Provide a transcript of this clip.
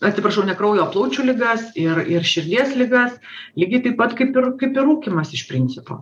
atsiprašau ne kraujoo plaučių ligas ir ir širdies ligas lygiai taip pat kaip ir kaip ir rūkymas iš principo